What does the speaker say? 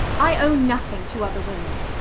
i owe nothing to other women.